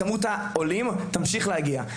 תודה.